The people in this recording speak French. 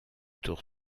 tour